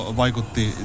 vaikutti